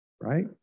right